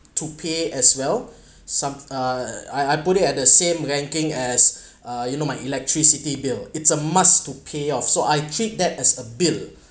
to pay as well some uh I I put it at the same ranking as uh you know my electricity bill it's a must to pay off so I keep that as a bill